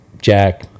jack